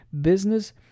business